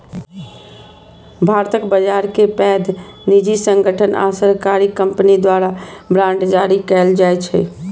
भारतक बांड बाजार मे पैघ निजी संगठन आ सरकारी कंपनी द्वारा बांड जारी कैल जाइ छै